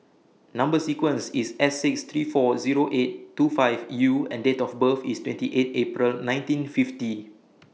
Number sequence IS S six three four Zero eight two five U and Date of birth IS twenty eight April nineteen fifty